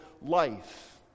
life